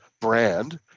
brand